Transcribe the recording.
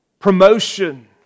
Promotion